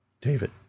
David